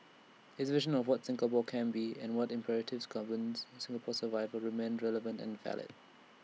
his vision of what Singapore can be and what imperatives governs Singapore's survival remain relevant and valid